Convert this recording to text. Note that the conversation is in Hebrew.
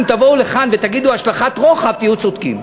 אם תבואו לכאן ותגידו "השלכת רוחב" תהיו צודקים,